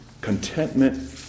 Contentment